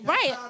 Right